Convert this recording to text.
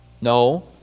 No